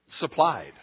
supplied